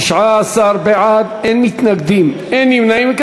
19 בעד, אין מתנגדים, אין נמנעים.